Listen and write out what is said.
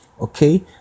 okay